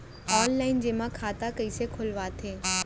Online जेमा खाता कइसे खोलवाथे?